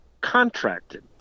contracted